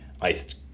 iced